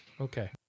okay